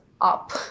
up